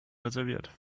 reserviert